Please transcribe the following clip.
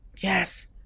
yes